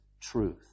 truth